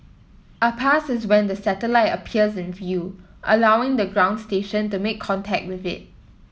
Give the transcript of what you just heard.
a pass is when the satellite appears in view allowing the ground station to make contact with it